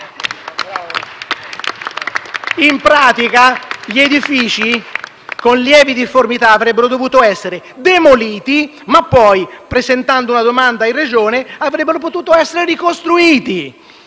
In pratica, gli edifici con lievi difformità avrebbero dovu- to essere demoliti, ma poi, presentando la domanda in Regione, avrebbero potuto essere ricostruiti.